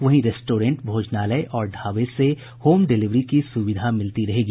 वहीं रेस्टोरेंट भोजनालय और ढाबे से होम डिलिवरी की सुविधा मिलती रहेगी